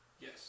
Yes